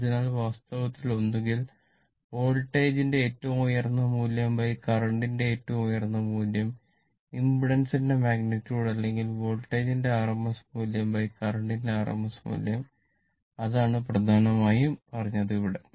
അതിനാൽ വാസ്തവത്തിൽ ഒന്നുകിൽ വോൾട്ടേജിന്റെ ഏറ്റവും ഉയർന്ന മൂല്യം കറന്റിന്റെ ഏറ്റവും ഉയർന്ന മൂല്യം ഇംപെഡൻസിന്റെ മാഗ്നിറ്റുഡ് അല്ലെങ്കിൽ വോൾട്ടേജിന്റെ rms മൂല്യം കറന്റിന്റെ rms മൂല്യം അതാണ് പ്രധാനമായും പറഞ്ഞത് ഇവിടെ